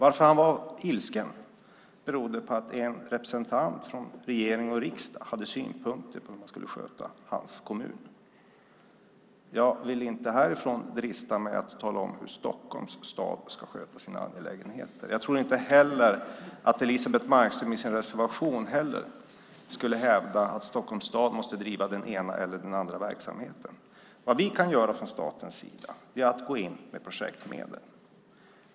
Att han var ilsken berodde på att en representant från regering och riksdag hade synpunkter på hur man skulle sköta hans kommun. Jag vill inte härifrån drista mig till att tala om hur Stockholms stad ska sköta sina angelägenheter. Jag tror inte heller att Elisebeht Markström i sin reservation skulle hävda att Stockholms stad måste driva den ena eller den andra verksamheten. Vad vi kan göra från statens sida är att gå in med projektmedel.